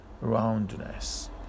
roundness